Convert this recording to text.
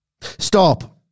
Stop